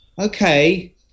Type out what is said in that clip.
okay